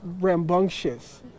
rambunctious